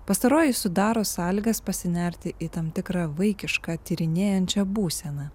pastaroji sudaro sąlygas pasinerti į tam tikrą vaikišką tyrinėjančią būseną